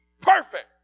perfect